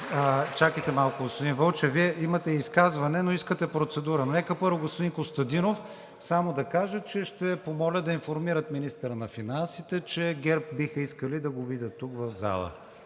Чакайте малко, господин Вълчев. Вие имате изказване, но искате процедура, но нека първо господин Костадинов. Само да кажа, че ще помоля да информират министъра на финансите, че ГЕРБ биха искали да го видят тук, в залата.